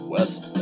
West